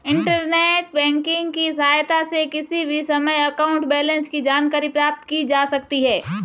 internet banking की सहायता से किसी भी समय अकाउंट बैलेंस की जानकारी प्राप्त की जा सकती है